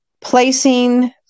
placing